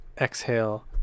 exhale